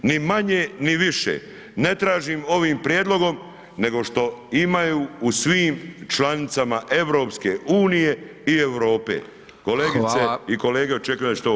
Ni manje, ni više, ne tražim ovim prijedlogom, nego što imaju u svim članicama EU i Europe, kolegice i kolege, očekujem da ćete ovo